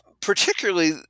particularly